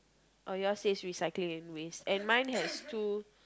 oh yours says recycling and waste and mine has two